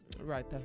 Right